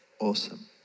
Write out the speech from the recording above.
Awesome